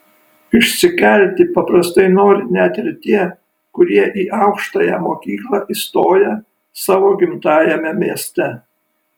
išsikelti paprastai nori net ir tie kurie į aukštąją mokyklą įstoja savo gimtajame mieste